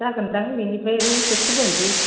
जागोन दां बेनिफ्राय ओरै होखोबोनसै